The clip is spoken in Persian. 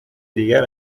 دیگر